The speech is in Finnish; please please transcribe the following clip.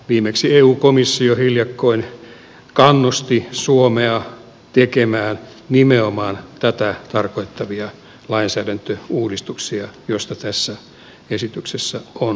viimeksi eu komissio hiljakkoin kannusti suomea tekemään nimenomaan tätä tarkoittavia lainsäädäntöuudistuksia joista tässä esityksessä on kysymys